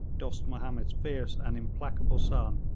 dost mahomed's fierce and implacable son,